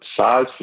size